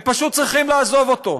הם פשוט צריכים לעזוב אותו.